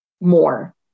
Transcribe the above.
more